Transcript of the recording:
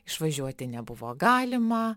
išvažiuoti nebuvo galima